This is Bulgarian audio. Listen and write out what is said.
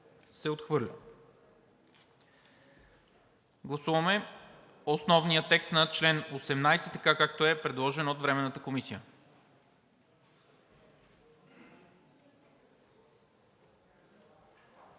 се отхвърля. Гласуваме основния текст на чл. 18, както е предложен от Временната комисия.